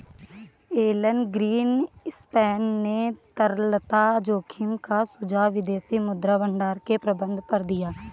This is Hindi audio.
एलन ग्रीनस्पैन ने तरलता जोखिम का सुझाव विदेशी मुद्रा भंडार के प्रबंधन पर दिया